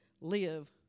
live